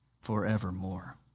forevermore